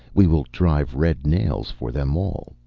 we will drive red nails for them all.